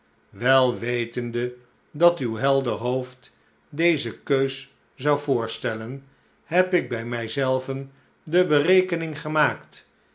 wei wetende dat uw helder hoofd deze keus zou voorstellen heb ik bij mij zelven de berekening gemaakt